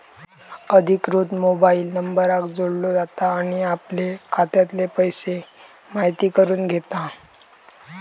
अधिकृत मोबाईल नंबराक जोडलो जाता आणि आपले खात्यातले पैशे म्हायती करून घेता